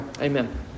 Amen